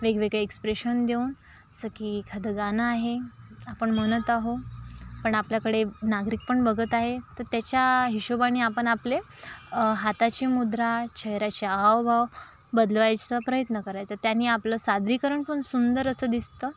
वेगवेगळे एक्सप्रेशन देऊन जसं की एखादं गाणं आहे आपण म्हणत आहो पण आपल्याकडे नागरिक पण बघत आहे तर त्याच्या हिशोबाने आपण आपले हाताची मुद्रा चेहऱ्याचे हावभाव बदलवायचा प्रयत्न करायचा त्याने आपलं सादरीकरण पण सुंदर असं दिसतं